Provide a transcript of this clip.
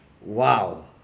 Wow